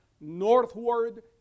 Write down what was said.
northward